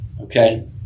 Okay